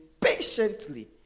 patiently